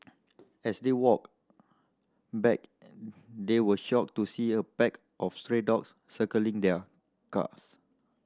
as they walked back they were shocked to see a pack of stray dogs circling their cars